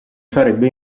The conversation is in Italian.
sarebbe